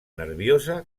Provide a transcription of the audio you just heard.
nerviosa